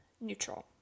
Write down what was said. neutral